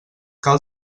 cal